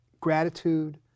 gratitude